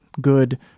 good